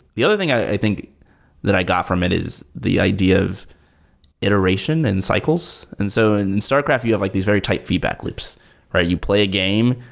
the other thing i think that i got from it is the idea of iteration and cycles. and so in starcraft you have like these very tight feedback loops. you play game.